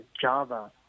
Java